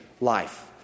Life